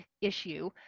issue